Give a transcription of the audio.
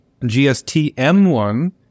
GSTM1